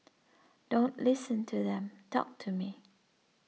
don't listen to them talk to me